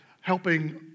helping